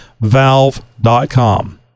valve.com